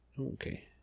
okay